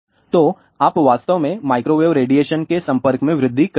तो आप वास्तव में माइक्रोवेव रेडिएशन के संपर्क में वृद्धि कर रहे हैं